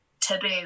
taboo